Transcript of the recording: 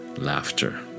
laughter